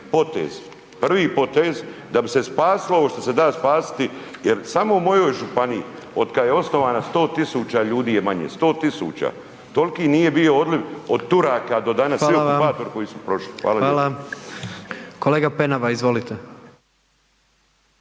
prvi potez da bi se spasilo ovo što se da spasiti jer samo u mojoj županiji od kad je osnovana 100 tisuća ljudi je manje. 100 tisuća. Toliki nije bio odliv od Turaka do danas svi okupatori .../Upadica: Hvala./... koji su prošli.